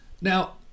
now